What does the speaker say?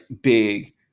big